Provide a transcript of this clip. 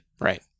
Right